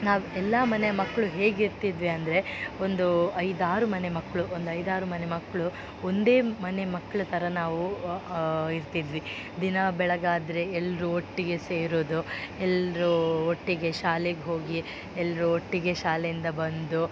ನಾವು ಎಲ್ಲ ಮನೆ ಮಕ್ಕಳು ಹೇಗಿರತಿದ್ವಿ ಅಂದರೆ ಒಂದು ಐದಾರು ಮನೆ ಮಕ್ಕಳು ಒಂದು ಐದಾರು ಮನೆ ಮಕ್ಕಳು ಒಂದೇ ಮನೆ ಮಕ್ಳು ಥರ ನಾವು ಇರ್ತಿದ್ವಿ ದಿನ ಬೆಳಗಾದರೆ ಎಲ್ರೂ ಒಟ್ಟಿಗೆ ಸೇರುವುದು ಎಲ್ಲರೂ ಒಟ್ಟಿಗೆ ಶಾಲೆಗೆ ಹೋಗಿ ಎಲ್ಲರೂ ಒಟ್ಟಿಗೆ ಶಾಲೆಯಿಂದ ಬಂದು